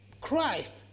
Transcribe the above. Christ